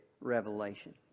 revelation